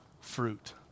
fruit